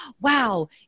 wow